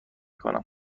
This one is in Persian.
کنم